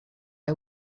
are